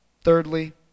Thirdly